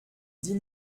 dix